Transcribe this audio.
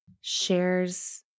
shares